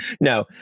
no